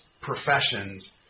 professions